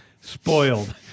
spoiled